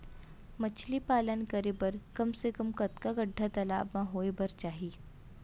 मछली पालन बर कम से कम कतका गड्डा तालाब म होये बर चाही?